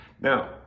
Now